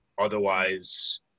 otherwise